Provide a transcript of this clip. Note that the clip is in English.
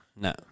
no